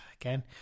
again